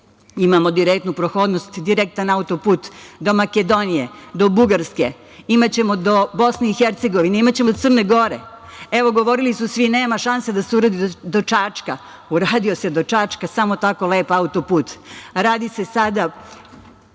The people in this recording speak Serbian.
Imamo direktnu prohodnost, direktan auto-put do Makedonije, do Bugarske, imaćemo do Bosne i Hercegovine, imaćemo do Crne Gore. Govorili su svi – nema šanse da se uradi do Čačka. Uradio se do Čačka, samo tako lep auto-put. Radi se sada